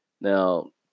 Now